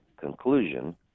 conclusion